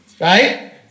Right